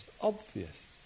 obvious